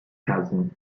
cousin